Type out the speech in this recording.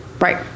right